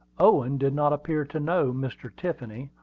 owen did not appear to know mr. tiffany,